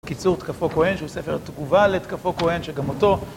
קיצור תקפו כהן שהוא ספר תגובה לתקפו כהן שגם אותו